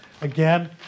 Again